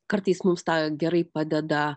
kartais mums tą gerai padeda